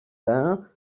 vin